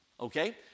Okay